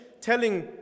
telling